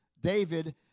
David